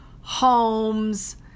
homes